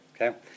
okay